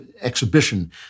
exhibition